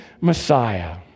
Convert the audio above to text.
Messiah